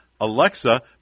Alexa